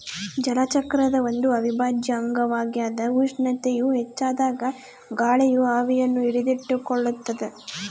ಜಲಚಕ್ರದ ಒಂದು ಅವಿಭಾಜ್ಯ ಅಂಗವಾಗ್ಯದ ಉಷ್ಣತೆಯು ಹೆಚ್ಚಾದಾಗ ಗಾಳಿಯು ಆವಿಯನ್ನು ಹಿಡಿದಿಟ್ಟುಕೊಳ್ಳುತ್ತದ